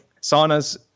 saunas